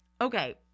Okay